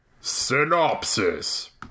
SYNOPSIS